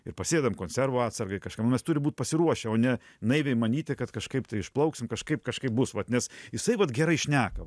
ir pasidedam konservų atsargai kažkam nu mes turim būt pasiruošę o ne naiviai manyti kad kažkaip tai išplauksim kažkaip kažkaip bus vat nes jisai vat gerai šneka